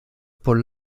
paul